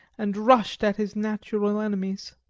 and rushed at his natural enemies.